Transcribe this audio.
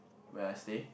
where I stay